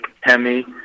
Hemi